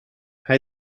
hij